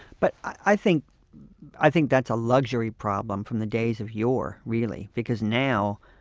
but i think i think that's a luxury problem from the days of yore, really. because now,